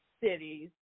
cities